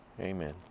amen